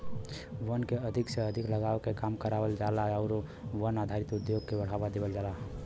वन के अधिक से अधिक लगावे के काम करावल जाला आउर वन आधारित उद्योग के बढ़ावा देवल जाला